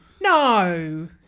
No